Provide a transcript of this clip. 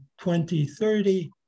2030